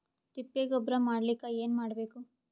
ತಿಪ್ಪೆ ಗೊಬ್ಬರ ಮಾಡಲಿಕ ಏನ್ ಮಾಡಬೇಕು?